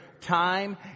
time